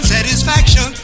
Satisfaction